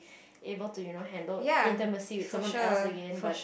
able to you know handle intimacy with someone else again but